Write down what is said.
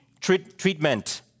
treatment